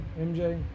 MJ